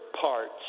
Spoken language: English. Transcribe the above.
parts